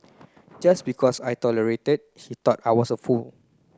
just because I tolerated he thought I was a fool